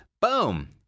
Boom